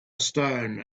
stone